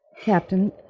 Captain